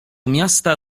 miasta